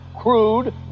crude